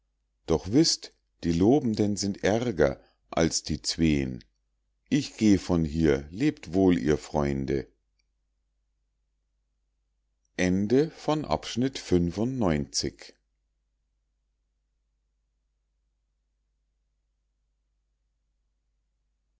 doch wißt die lobenden sind ärger als die zween ich geh von hier lebt wohl ihr freunde